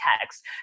text